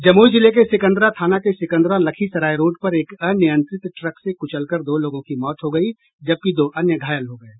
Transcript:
जमुई जिले के सिकंदरा थाना के सिकंदरा लखीसराय रोड पर एक अनियंत्रित ट्रक से कुचलकर दो लोगों की मौत हो गयी जबकि दो अन्य घायल हो गये